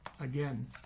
Again